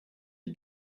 you